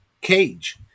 cage